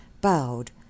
bowed